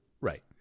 Right